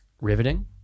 riveting